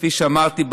כפי שאמרתי,